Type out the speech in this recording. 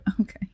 Okay